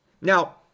Now-